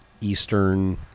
Eastern